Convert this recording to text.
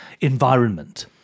environment